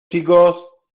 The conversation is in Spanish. chicos